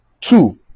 Two